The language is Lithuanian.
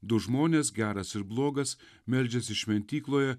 du žmonės geras ir blogas meldžiasi šventykloje